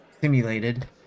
simulated